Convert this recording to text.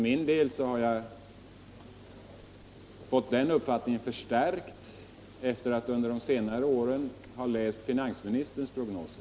Jag har fått den uppfattningen förstärkt efter att under de senare åren ha läst finansministerns prognoser.